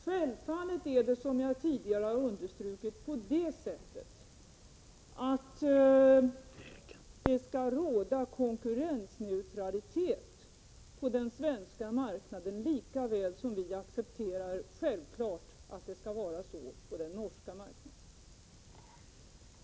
Självfallet skall det, som jag tidigare understrukit, råda konkurrensneutralitet på den svenska marknaden, lika väl som vi accepterar att det skall vara så på den norska marknaden.